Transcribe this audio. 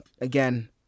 Again